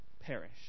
perish